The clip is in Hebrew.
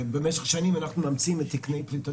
במשך שנים שאנחנו מאמצים את תקני פליטות